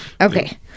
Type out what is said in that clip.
Okay